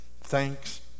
Thanks